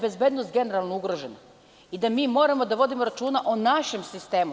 Bebednost nam je generalno ugrožena i moramo da vodimo računa o našem sistemu.